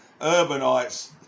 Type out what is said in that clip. urbanites